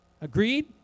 Agreed